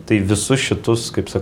tai visus šitus kaip sakau